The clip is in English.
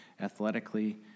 athletically